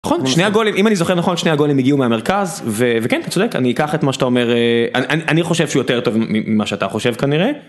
נכון שני הגולים, אם אני זוכר נכון, שני הגולים הגיעו מהמרכז וכן, אתה צודק. אני אקח את מה שאתה אומ. אני חושב שהוא יותר טוב ממה שאתה חושב כנראה.